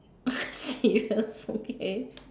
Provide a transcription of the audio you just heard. okay okay